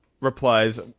replies